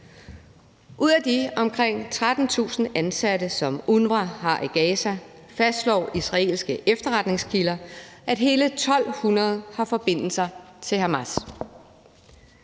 Ud af de omkring 13.000 ansatte, som UNRWA har i Gaza, fastslår israelske efterretningskilder, at hele 1.200 har forbindelser til Hamas.